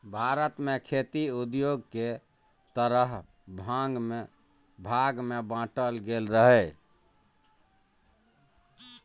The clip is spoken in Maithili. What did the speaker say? भारत मे खेती उद्योग केँ सतरह भाग मे बाँटल गेल रहय